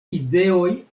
ideoj